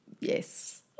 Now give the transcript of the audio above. Yes